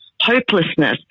hopelessness